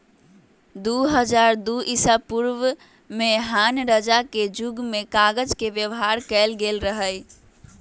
दू हज़ार दू ईसापूर्व में हान रजा के जुग में कागज के व्यवहार कएल गेल रहइ